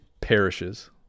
perishes